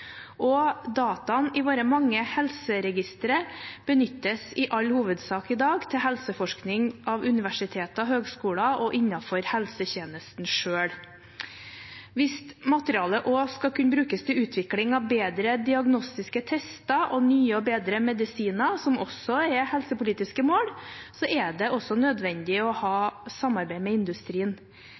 helseregisterdata. Dataene i våre mange helseregistre benyttes i all hovedsak i dag til helseforskning av universiteter og høyskoler og innenfor helsetjenesten selv. Hvis materialet også skal kunne brukes til utvikling av bedre diagnostiske tester og nye og bedre medisiner, som også er helsepolitiske mål, er det også nødvendig å ha samarbeid med industrien.